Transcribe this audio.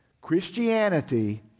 Christianity